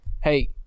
Hey